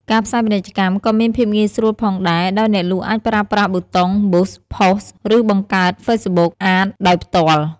ការផ្សាយពាណិជ្ជកម្មក៏មានភាពងាយស្រួលផងដែរ ដោយអ្នកលក់អាចប្រើប្រាស់ប៊ូតុង ប៊ូស ផូស Boost Post ឬបង្កើត ហ្វេសប៊ុក អាដ Facebook Ads ដោយផ្ទាល់។